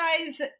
guys